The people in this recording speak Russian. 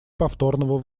повторного